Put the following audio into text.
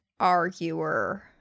arguer